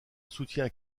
soutient